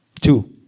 Two